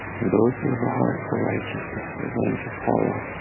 and those who have a heart for righteousness are going to follow